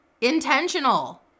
intentional